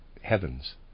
heavens